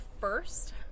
first